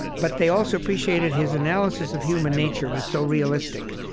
but they also appreciated his analysis of human nature was so realistic,